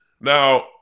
Now